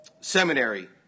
seminary